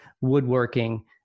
woodworking